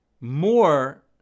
More